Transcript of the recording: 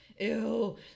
Ew